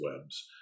webs